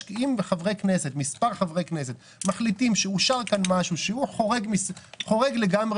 אם מספר חברי כנסת מחליטים שאושר כאן משהו שחורג לגמרי